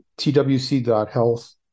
twc.health